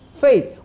faith